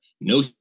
no